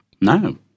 No